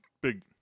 big